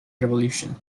revolution